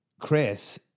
Chris